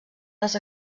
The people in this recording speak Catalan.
les